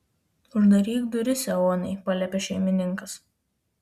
uždaryk duris eonai paliepė šeimininkas